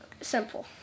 Simple